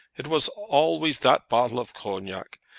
it was always that bottle of cognac.